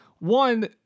One